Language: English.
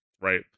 right